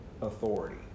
authority